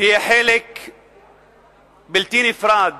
שיהיה חלק בלתי נפרד